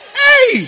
hey